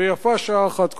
ויפה שעה אחת קודם.